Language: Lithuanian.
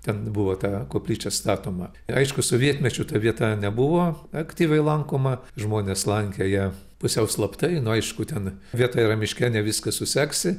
ten buvo ta koplyčia statoma i aišku sovietmečiu ta vieta nebuvo aktyviai lankoma žmonės slankioja pusiau slaptai nu aišku ten vieta yra miške ne viską suseksi